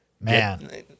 man